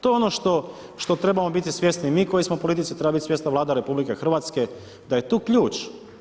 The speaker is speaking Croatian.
To je ono što trebamo biti svjesni mi koji smo u politici, treba biti svjesna Vlada RH da je tu ključ.